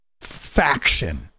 faction